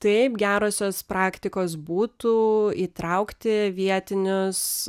taip gerosios praktikos būtų įtraukti vietinius